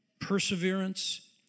perseverance